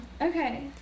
Okay